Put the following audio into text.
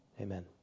Amen